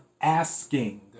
asking